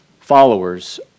followers